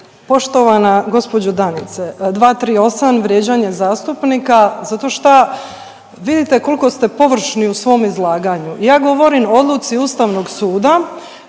Poštovana gospođo Danice, 238. vrijeđanje zastupnika zato šta vidite koliko ste površni u svom izlaganju. Ja govorim o odluci Ustavnog suda